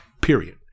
period